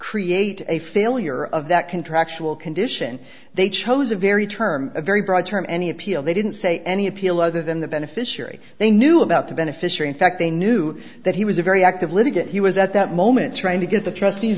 create a failure of that contractual condition they chose a very term very broad term any appeal they didn't say any appeal other than the beneficiary they knew about the beneficiary in fact they knew that he was a very active litigant he was at that moment trying to get the trust